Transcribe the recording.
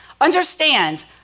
understands